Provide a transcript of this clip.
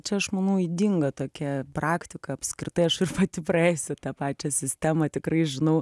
čia aš manau ydinga tokia praktika apskritai aš pati praėjus ir tą pačią sistemą tikrai žinau